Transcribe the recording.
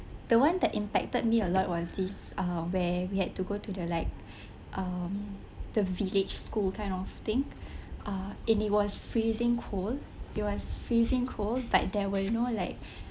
the one that impacted me a lot was this uh where we had to go to the like uh the village school kind of thing uh and it was freezing cold it was freezing cold but there were you know like